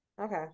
okay